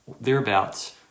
thereabouts